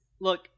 look